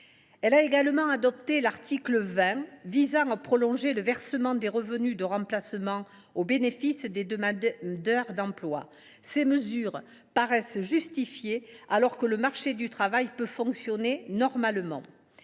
Elle a également adopté l’article 20, qui prolonge le versement des revenus de remplacement au bénéfice des demandeurs d’emploi. Ces mesures paraissent justifiées alors que le marché du travail ne peut fonctionner normalement.